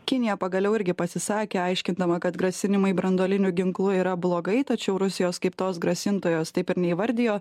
kinija pagaliau irgi pasisakė aiškindama kad grasinimai branduoliniu ginklu yra blogai tačiau rusijos kaip tos grasintojos taip ir neįvardijo